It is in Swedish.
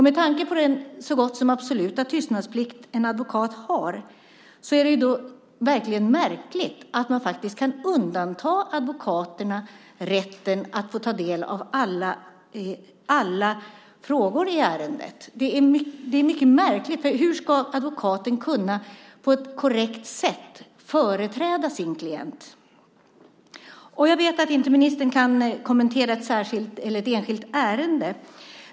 Med tanke på den så gott som absoluta tystnadsplikt en advokat har är det verkligen mycket märkligt att man faktiskt kan undanta advokaterna rätten att ta del av alla frågor i ärendet. Hur ska advokaten på ett korrekt sätt kunna företräda sin klient? Jag vet att ministern inte kan kommentera ett enskilt ärende.